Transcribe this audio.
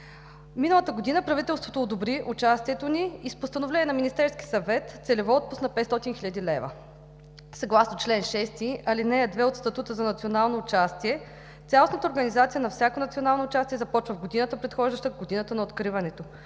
Миналата година правителството одобри участието ни и с постановление на Министерския съвет целево отпусна 500 хил. лв. Съгласно чл. 6, ал. 2 от Статута за национално участие цялостната организация на всяко национално участие започва в годината, предхождаща годината на откриването,